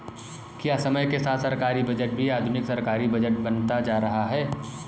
क्या समय के साथ सरकारी बजट भी आधुनिक सरकारी बजट बनता जा रहा है?